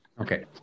Okay